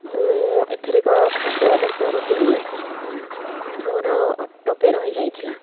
ମୁଁ ଏଥରକ ଖାଦ୍ୟ ଅର୍ଡ଼ର୍ କରୁଥିଲି ମୋର ଅଟୋ ପେ ରହିଯାଇଥିଲା